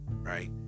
right